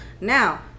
now